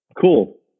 cool